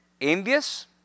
envious